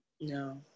No